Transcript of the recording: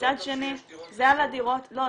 זה לא טוב שיש דירות --- לא,